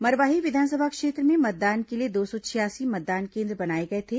मरवाही विधानसभा क्षेत्र में मतदान के लिए दो सौ छियासी मतदान केन्द्र बनाए गए थे